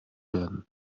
werden